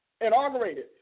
inaugurated